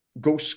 go